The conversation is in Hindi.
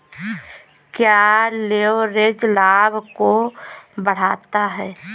क्या लिवरेज लाभ को बढ़ाता है?